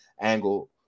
angle